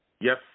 yes